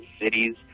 cities